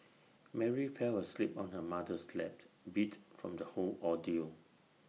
Mary fell asleep on her mother's lap beat from the whole ordeal